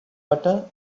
butter